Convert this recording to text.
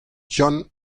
john